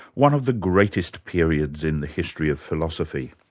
one of the greatest periods in the history of philosophy.